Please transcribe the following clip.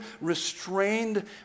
restrained